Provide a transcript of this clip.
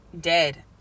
dead